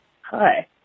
Hi